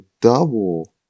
double